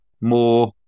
more